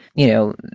you know,